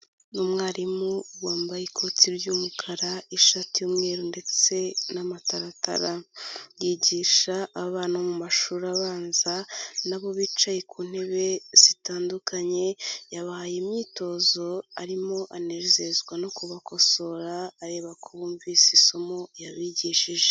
Ni umwarimu wambaye ikoti ry'umukara, ishati y'umweru ndetse n'amataratara. Yigisha abana mu mashuri abanza na bo bicaye ku ntebe zitandukanye, yabahaye imyitozo arimo anezezwa no kubakosora, areba ko bumvise isomo yabigishije.